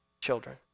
children